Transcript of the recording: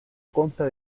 consta